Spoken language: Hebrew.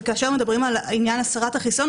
וכאשר מדברים על עניין הסרת החיסיון,